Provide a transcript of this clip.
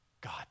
God